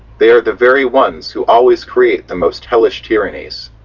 they are the very ones who always create the most hellish tyrannies.